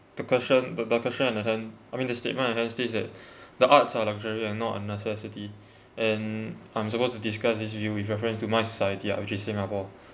the question the the question at the hand I mean the statement at hand says that the arts are luxury and not a necessity and I'm supposed to discuss this view with reference to my society which is singapore